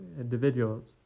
individuals